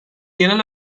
genel